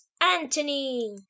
anthony